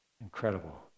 Incredible